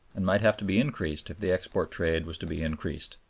and might have to be increased if the export trade was to be increased.